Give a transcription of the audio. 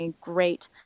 Great